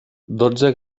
dotze